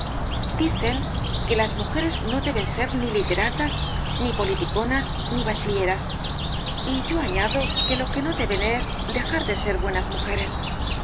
dicen que las mujeres no deben ser ni literatas ni politiconas ni bachilleras y yo añado que lo que no deben es dejar de ser buenas mujeres